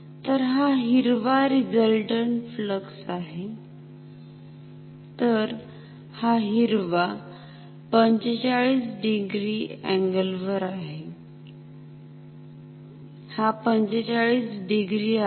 तर हा हिरवा रिझल्टन्ट फ्लक्स आहे तर हा हिरवा 45 डिग्री अँगल वर आहेहा 45 डिग्री आहे